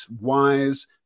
wise